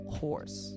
horse